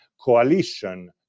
coalition